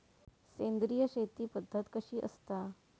सेंद्रिय शेती पद्धत कशी असता?